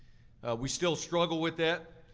we still struggle with that.